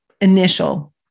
initial